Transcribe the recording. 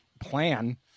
plan